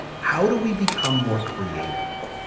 how do we become more creative?